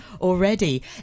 already